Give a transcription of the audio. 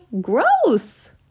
Gross